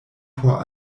por